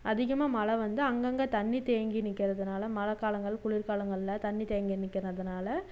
அதிகமாக மழை வந்து அங்கங்கே தண்ணி தேங்கி நிற்கிறதுனால மழைகாலங்கள் குளிர்காலங்கள்ல தண்ணி தேங்கி நிற்கிறதுனால